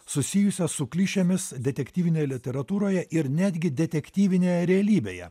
susijusią su klišėmis detektyvinėj literatūroje ir netgi detektyvinėje realybėje